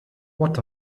what